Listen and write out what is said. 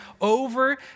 over